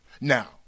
Now